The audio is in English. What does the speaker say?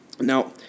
Now